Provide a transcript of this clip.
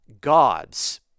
God's